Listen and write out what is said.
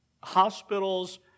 hospitals